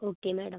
okay madam